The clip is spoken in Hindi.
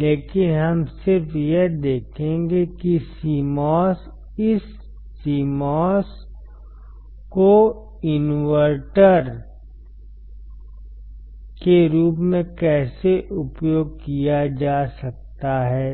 लेकिन हम सिर्फ यह देखेंगे कि इस CMOS को इनवर्टर के रूप में कैसे उपयोग किया जा सकता है